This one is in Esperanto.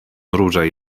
ruĝaj